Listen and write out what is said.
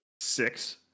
Six